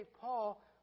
Paul